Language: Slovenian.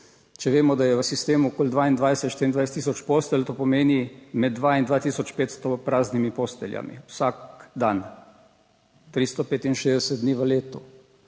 Če vemo, da je v sistemu okoli 22, 24 tisoč postelj, to pomeni med 2 in 2500 praznimi posteljami vsak dan, 365 dni v letu.